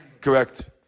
Correct